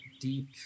deep